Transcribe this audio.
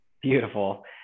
Beautiful